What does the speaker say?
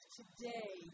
today